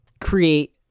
create